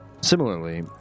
Similarly